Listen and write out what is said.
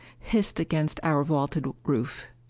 hissed against our vaulted roof.